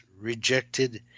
rejected